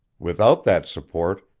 without that support,